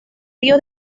río